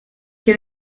qué